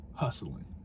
hustling